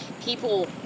people